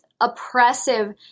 oppressive